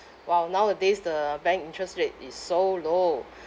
!wow! nowadays the bank interest rate is so low